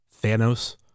Thanos